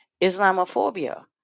islamophobia